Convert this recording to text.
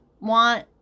want